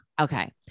Okay